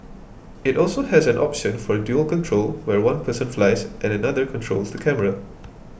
it also has an option for dual control where one person flies and another controls the camera